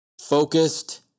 focused